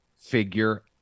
figure